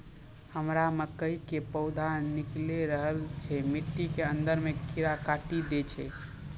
हमरा मकई के पौधा निकैल रहल छै मिट्टी के अंदरे से कीड़ा काटी दै छै?